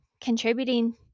contributing